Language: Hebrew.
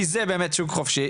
כי זה באמת שוק חופשי.